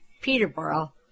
peterborough